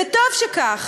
וטוב שכך.